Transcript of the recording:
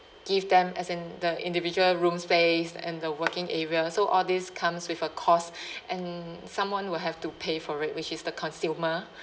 give them as in the individual room space and the working area so all these comes with a cost and someone will have to pay for it which is the consumer